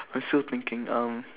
I'm still thinking um